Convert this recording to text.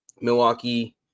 Milwaukee